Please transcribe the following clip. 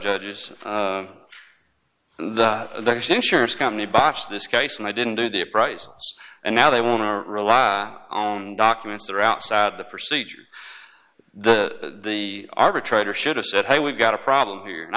judges the insurance company botched this case and i didn't do the price and now they want to rely on documents that are outside the procedure the the arbitrator should have said hey we've got a problem here and i